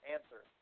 Answer